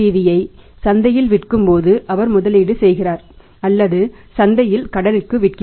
யை சந்தையில் விற்கும்போது அவர் முதலீடு செய்கிறார் அல்லது சந்தையில் கடனுக்கு விடுகிறார்